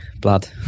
blood